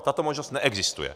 Tato možnost neexistuje.